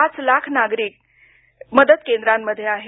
पाच हजार नागरिक मदत केंद्रामध्ये आहेत